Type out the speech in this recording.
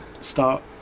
start